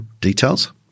details